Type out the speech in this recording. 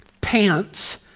pants